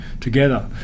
together